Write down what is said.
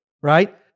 right